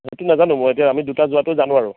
মইতো নাজানো মই এতিয়া আমি দুটা যোৱাতো জানো আৰু